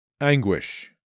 Anguish